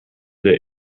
der